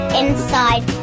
inside